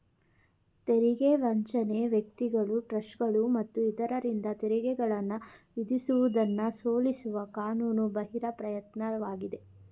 ತೆರಿಗೆ ವಂಚನೆ ವ್ಯಕ್ತಿಗಳು ಟ್ರಸ್ಟ್ಗಳು ಮತ್ತು ಇತರರಿಂದ ತೆರಿಗೆಗಳನ್ನ ವಿಧಿಸುವುದನ್ನ ಸೋಲಿಸುವ ಕಾನೂನು ಬಾಹಿರ ಪ್ರಯತ್ನವಾಗಿದೆ